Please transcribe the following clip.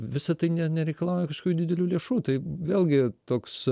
visa tai ne nereikalauja kažkokių didelių lėšų tai vėlgi toks